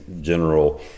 general